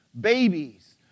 babies